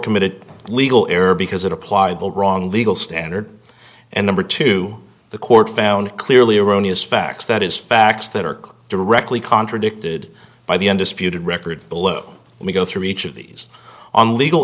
committed legal error because it applied the wrong legal standard and number two the court found clearly erroneous facts that is facts that are directly contradicted by the undisputed record below and we go through each of these on legal